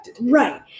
right